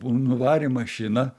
nuvarė mašiną